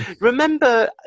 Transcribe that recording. Remember